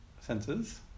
senses